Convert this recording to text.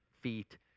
feet